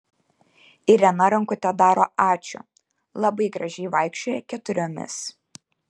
irena rankute daro ačiū labai gražiai vaikščioja keturiomis